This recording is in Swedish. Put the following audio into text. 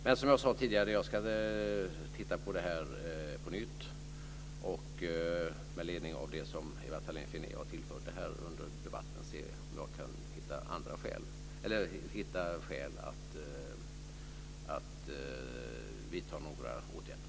Men som jag sade tidigare ska jag titta på det här på nytt och med ledning av det som Ewa Thalén Finné har tillfört här under debatten se om det kan finnas skäl att vidta några åtgärder.